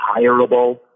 hireable